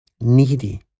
needy